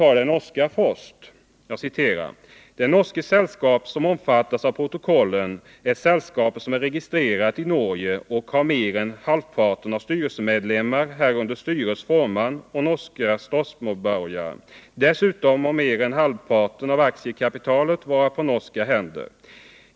I det norska brevet heter det, att ”de norske selskaper som omfattes av protokollen, er selskaper som er registrert i Norge, og hvor mer enn halvparten av styremedlemmerne, herunder styrets formann, er norske statsborgere. Dessuten må mer enn halvparten av aksjekapitalen vare på norske hender.